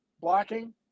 blocking